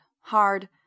hard